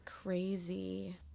Crazy